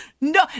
no